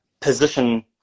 position